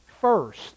first